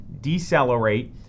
decelerate